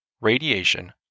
radiation